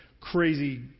crazy